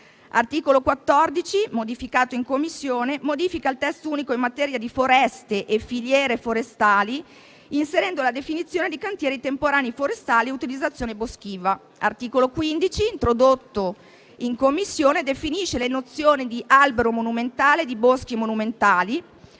L'articolo 14, modificato in Commissione, modifica il testo unico in materia di foreste e filiere forestali, inserendo la definizione dei cantieri temporanei forestali e l'utilizzazione boschiva. L'articolo 15, introdotto in Commissione, definisce le nozioni di albero monumentale e di boschi monumentali,